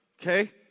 okay